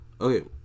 Okay